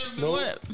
No